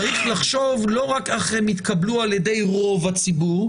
צריך לחשוב לא רק איך הם יתקבלו על ידי רוב הציבור.